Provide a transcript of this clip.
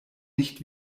nicht